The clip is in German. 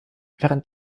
während